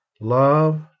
love